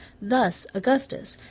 thus augustus,